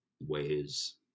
ways